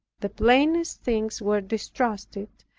the plainest things were distrusted,